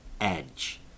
edge